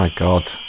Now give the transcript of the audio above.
um got